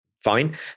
fine